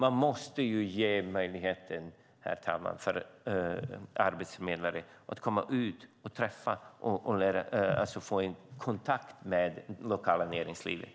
Man måste, herr talman, ge arbetsförmedlare möjlighet att komma ut och träffa arbetsgivare och få kontakt med det lokala näringslivet.